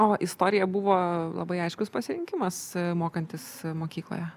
o istorija buvo labai aiškus pasirinkimas mokantis mokykloje